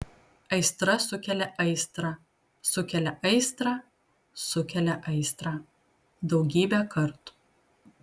aistra sukelia aistrą sukelia aistrą sukelia aistrą daugybę kartų